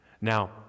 Now